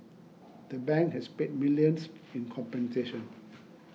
the bank has paid millions in compensation